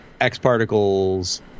X-Particles